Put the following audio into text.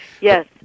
Yes